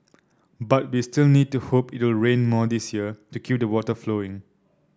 but we still need to hope it will rain more this year to keep the water flowing